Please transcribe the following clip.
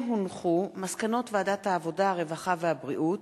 מסקנות ועדת העבודה, הרווחה והבריאות